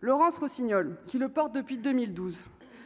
Laurence Rossignol qui le porte depuis 2012,